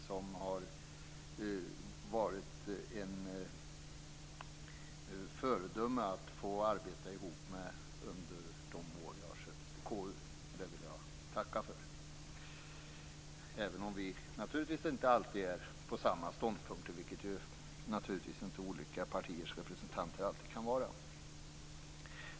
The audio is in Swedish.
Hon har varit ett föredöme för mig i det arbete vi gjort tillsammans under de år jag har suttit i KU. Det vill jag tacka för, även om vi naturligtvis inte alltid intar samma ståndpunkt, vilket olika partiers representanter inte alltid kan göra.